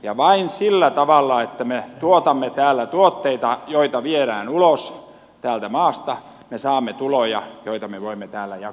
ja vain sillä tavalla että me tuotamme täällä tuotteita joita viedään ulos täältä maasta me saamme tuloja joita me voimme täällä jakaa